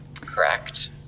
correct